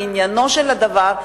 לעניינו של הדבר,